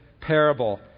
parable